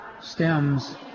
stems